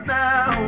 now